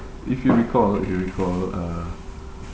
if you recall if you recall uh